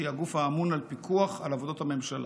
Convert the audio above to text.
שהיא הגוף האמון על פיקוח על עבודת הממשלה.